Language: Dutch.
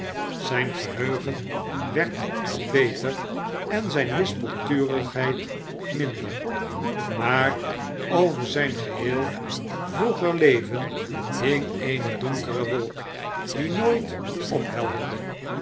zijn geheugen werd beter en zijne wispelturigheid minder maar over zijn geheel vroeger leven hing eene donkere wolk die nooit ophelderde